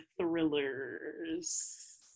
thrillers